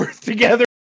together